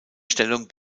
stellung